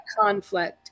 conflict